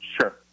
Sure